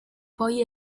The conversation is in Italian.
poi